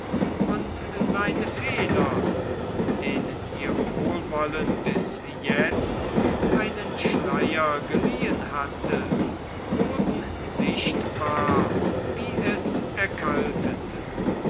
und seine fehler denen ihr wohlwollen bis jetzt einen schleier geliehen hatte wurden sichtbar wie es erkaltete